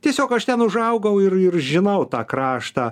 tiesiog aš ten užaugau ir ir žinau tą kraštą